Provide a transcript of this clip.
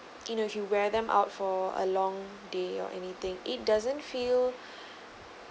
you know you wear them out for a long day or anything it doesn't feel